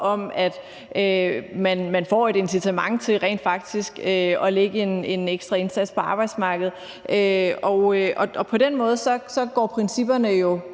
om, at man får et incitament til rent faktisk at lægge en ekstra indsats på arbejdsmarkedet, og på den måde går principperne jo